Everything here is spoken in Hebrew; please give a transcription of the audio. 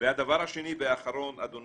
דבר שני, אני